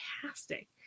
fantastic